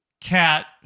cat